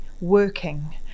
working